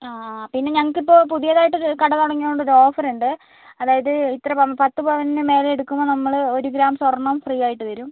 ആ പിന്നെ ഞങ്ങൾക്ക് ഇപ്പോൾ പുതുതായിട്ടൊരു കട തുടങ്ങിയിട്ടുണ്ട് ഒരു ഓഫർ ഉണ്ട് അതായത് ഇത്ര പവൻ പത്ത് പവന് മേലെ എടുക്കുമ്പോൾ നമ്മള് ഒരു ഗ്രാം സ്വർണം ഫ്രീ ആയിട്ട് തരും